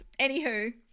Anywho